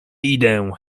idę